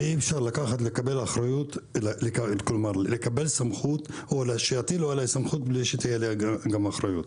ואי אפשר שיטילו עליי סמכות בלי שתהיה לי גם אחריות.